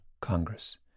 Congress